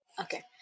Okay